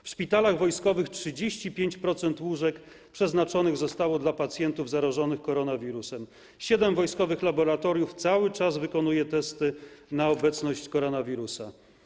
W szpitalach wojskowych 35% łóżek przeznaczonych zostało dla pacjentów zarażonych koronawirusem, siedem wojskowych laboratoriów cały czas wykonuje testy na obecność koronawirusa.